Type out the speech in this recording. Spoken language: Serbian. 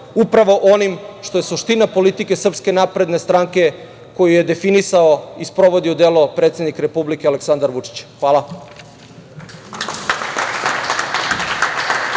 upravo onim što je suština politike SNS, koju je definisao i sprovodi u delo predsednik Republike Aleksandar Vučić. Hvala.